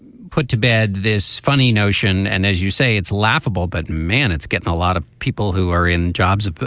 put to bed this funny notion and as you say it's laughable but man it's getting a lot of people who are in jobs but